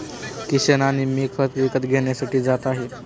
किशन आणि मी खत विकत घेण्यासाठी जात आहे